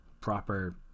proper